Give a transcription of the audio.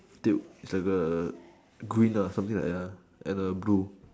tube is like a green lah something like that lah and a blue